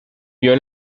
vio